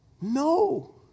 No